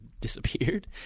disappeared